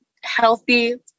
healthy